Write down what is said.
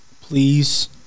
Please